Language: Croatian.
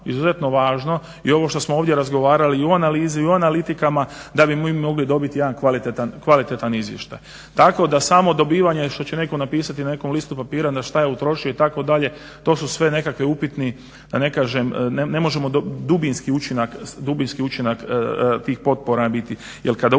izuzetno važno i ovo što smo ovdje razgovarali i u analizi i u analitikama da bi mi mogli dobiti jedan kvalitetan izvještaj. Tako da samo dobivanje što će netko napisati na nekom listu papira na što je utrošio itd. to su sve nekakvi upitni da ne kažem, ne možemo dubinski učinak tih potpora biti. Jer kada ulažete